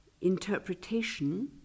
interpretation